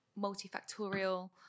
multifactorial